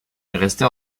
restée